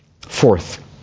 Fourth